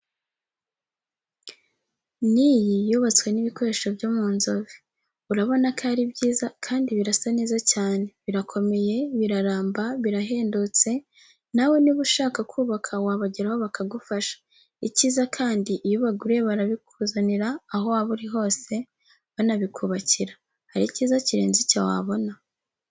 N'iyi yubatswe n'ibikoresho byo mu Nzove, urabona ko ari byiza kandi birasa neza cyane birakomeye, biraramba, birahendutse, nawe niba ushaka kubaka wabageraho bakagufasha, icyiza kandi iyo ubaguriye barabikuzanira aho waba uri hose banabikubakira, hari icyiza kirenze icyo wabona.